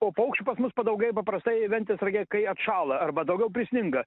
o paukščių pas mus padaugėj paprastai ventės rage kai atšąla arba daugiau prisninga